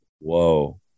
whoa